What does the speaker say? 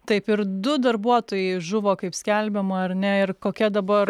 taip ir du darbuotojai žuvo kaip skelbiama ar ne ir kokia dabar